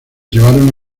llevaron